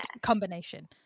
combination